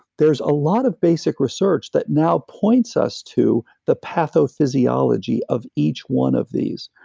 there's a lot of basic research that now points us to the pathophysiology of each one of these.